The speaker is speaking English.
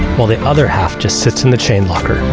while the other half just sits in the chain locker.